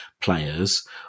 players